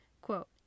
Quote